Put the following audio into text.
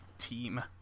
team